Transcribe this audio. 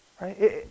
Right